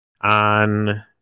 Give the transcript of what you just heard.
on